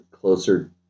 closer